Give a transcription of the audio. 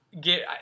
get